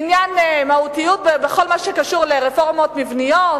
בעניין מהותיות בכל מה שקשור לרפורמות מבניות?